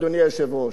אדוני היושב-ראש.